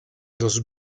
los